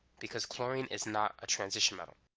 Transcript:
because chlorine is not a transition metal.